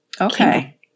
okay